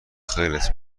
خیرت